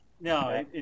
No